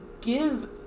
Give